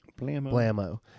blammo